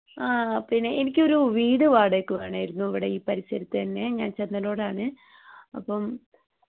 അ പിന്നെ എനിക്കൊരു വീട് വാടകയ്ക്ക് വേണമായിരുന്നു ഇവിടെ ഈ പരിസരത്ത് തന്നെ ഞാൻ ചന്നനോടാണ് അപ്പം